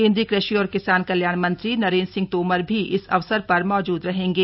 केन्द्रीय कृषि और किसान कल्याण मंत्री नरेन्द्र सिंह तोमर भी इस अवसर पर मौजूद रहेंगे